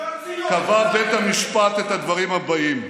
כיכר ציון, קבע בית המשפט את הדברים הבאים: